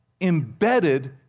embedded